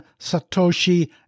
Satoshi